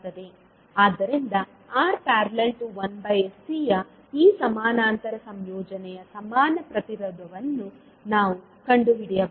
ಆದ್ದರಿಂದ R||1sC ಯ ಈ ಸಮಾನಾಂತರ ಸಂಯೋಜನೆಯ ಸಮಾನ ಪ್ರತಿರೋಧವನ್ನು ನಾವು ಕಂಡುಹಿಡಿಯಬಹುದು